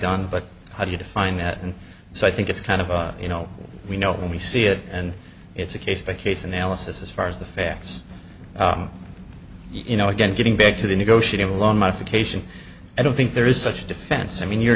done but how do you define that and so i think it's kind of a you know we know when we see it and it's a case by case analysis as far as the facts you know again getting back to the negotiating a loan modification i don't think there is such a defense i mean you're